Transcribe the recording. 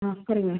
ആ പറയൂ